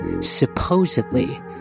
Supposedly